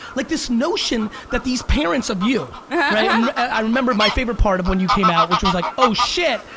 like this notion that these parents of you, and i remember, my favorite part of when you came out which was like oh shit,